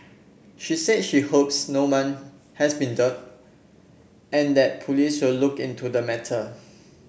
she said she hopes no one has been duped and that police will look into the matter